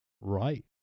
Right